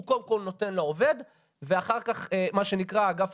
הוא קודם כל נותן לעובד ואחר כך מה שנקרא אגף